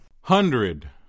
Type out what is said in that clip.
Hundred